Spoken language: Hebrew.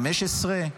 15?